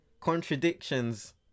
Contradictions